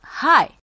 Hi